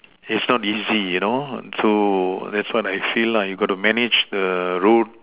it's not easy you know so that's what I feel lah you got to manage the road